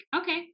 okay